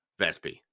Vespi